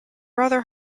rather